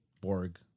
Borg